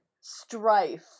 Strife